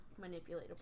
manipulatable